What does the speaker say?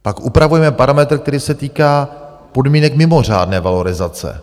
Pak upravujeme parametr, který se týká podmínek mimořádné valorizace.